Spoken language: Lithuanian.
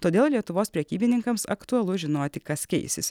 todėl lietuvos prekybininkams aktualu žinoti kas keisis